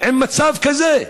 עם מצב כזה,